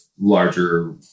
larger